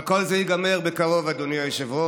אבל כל זה ייגמר בקרוב, אדוני היושב-ראש.